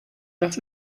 das